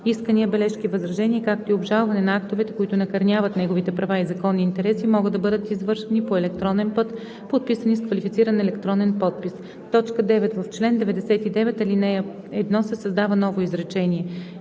„Искания, бележки, възражения, както и обжалване на актовете, които накърняват неговите права и законни интереси, могат да бъдат извършвани по електронен път, подписани с квалифициран електронен подпис.“ 9. В чл. 99, ал. 1 се създава ново изречение